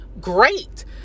great